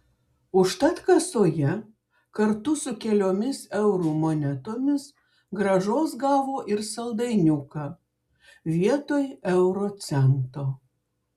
užtat kasoje kartu su keliomis eurų monetomis grąžos gavo ir saldainiuką vietoj euro cento